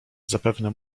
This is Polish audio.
zapewne